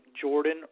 Jordan